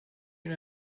you